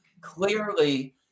clearly